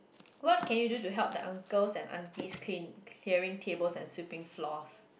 what can do you do help the uncles and aunties clean clearing tables and sweeping floors